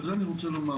על זה אני רוצה לומר,